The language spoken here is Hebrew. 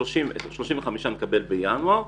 35 בינואר,